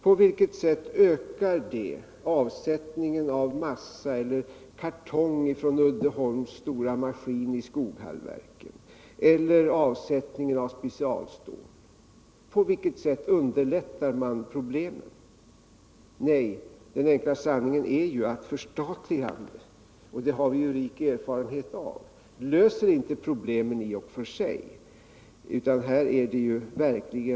På vilket sätt ökar det avsättningen av massa, av kartong från Uddeholms stora maskin i Skoghallsverken eller av specialstål? På vilket sätt underlättas problemen? Den enkla sanningen är ju — och av det har vi rik erfarenhet — att ett 149 förstatligande inte löser problemen i och för sig.